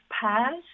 past